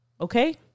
Okay